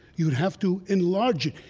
you'd have to enlarge it,